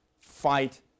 fight